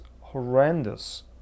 horrendous